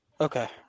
Okay